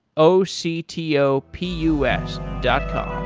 o c t o p u s dot com